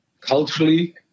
culturally